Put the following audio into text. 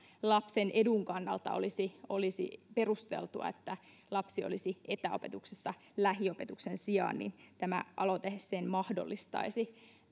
lapsen edun kannalta olisi olisi perusteltua että lapsi olisi etäopetuksessa lähiopetuksen sijaan sen tämä aloite mahdollistaisi